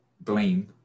blame